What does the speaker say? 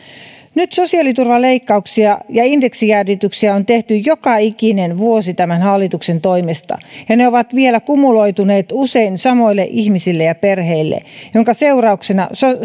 sosiaaliturvaleikkauksia ja indeksijäädytyksiä on nyt tehty joka ikinen vuosi tämän hallituksen toimesta ja ne ovat vielä usein kumuloituneet samoille ihmisille ja perheille minkä seurauksena